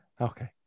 Okay